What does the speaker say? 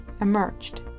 emerged